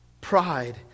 pride